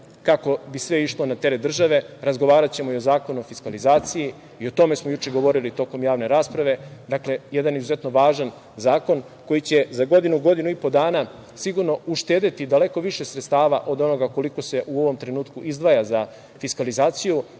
kako bi sve išlo na teret države. Razgovaraćemo i o zakonu o fiskalizaciji i o tome smo juče govorili tokom javne rasprave. Dakle, jedan izuzetno važan zakon koji će za godinu, godinu i po dana sigurno uštedeti daleko više sredstava od onoga koliko se u ovom trenutku izdvaja za fiskalizaciju.